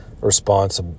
response